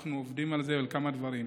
עובדים על זה, על כמה דברים.